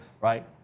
right